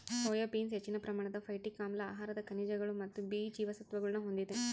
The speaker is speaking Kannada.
ಸೋಯಾ ಬೀನ್ಸ್ ಹೆಚ್ಚಿನ ಪ್ರಮಾಣದ ಫೈಟಿಕ್ ಆಮ್ಲ ಆಹಾರದ ಖನಿಜಗಳು ಮತ್ತು ಬಿ ಜೀವಸತ್ವಗುಳ್ನ ಹೊಂದಿದೆ